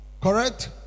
Correct